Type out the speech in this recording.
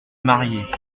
marier